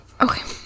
Okay